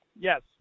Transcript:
yes